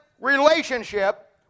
relationship